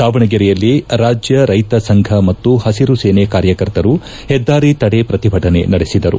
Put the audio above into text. ದಾವಣಗೆರೆಯಲ್ಲಿ ರಾಜ್ಯ ರೈತ ಸಂಘ ಮತ್ತು ಹಸಿರು ಸೇನೆ ಕಾರ್ಯಕರ್ತರು ಹೆದ್ದಾರಿ ತಡೆ ಪ್ರತಿಭಟನೆ ನಡೆಸಿದರು